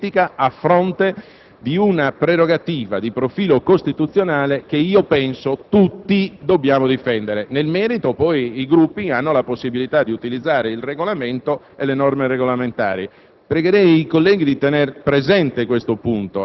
far valere una valutazione di opportunità politica a fronte di una prerogativa di profilo costituzionale che penso tutti dobbiamo difendere. Nel merito, i Gruppi hanno poi la possibilità di utilizzare le norme regolamentari.